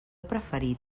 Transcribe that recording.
preferit